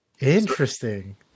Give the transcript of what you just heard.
interesting